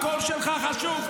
הקול שלך חשוב.